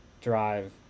drive